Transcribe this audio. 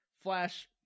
Flash